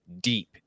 deep